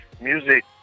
music